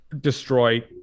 destroy